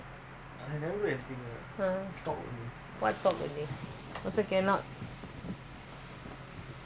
also cannot